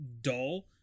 dull